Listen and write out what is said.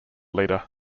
leader